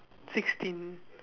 sixteen